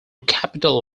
capital